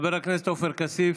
חבר הכנסת עופר כסיף,